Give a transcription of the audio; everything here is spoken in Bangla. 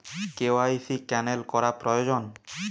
কে.ওয়াই.সি ক্যানেল করা প্রয়োজন?